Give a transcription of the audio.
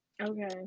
okay